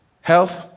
Health